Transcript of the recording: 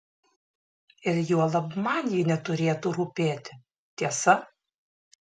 ir juolab man ji neturėtų rūpėti tiesa